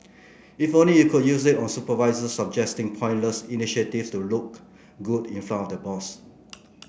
if only you could use it on supervisors pointless initiative to look good in front of the boss